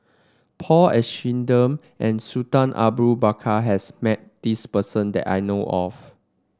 Paul Abisheganaden and Sultan Abu Bakar has met this person that I know of